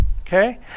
okay